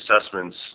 assessments